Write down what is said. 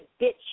bitch